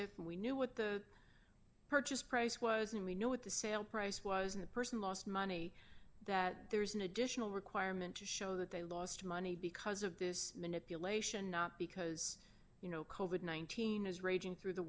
if we knew what the purchase price was and we know what the sale price was in the person lost money that there is an additional requirement to show that they lost money because of this manipulation not because you know covert nineteen dollars is raging through the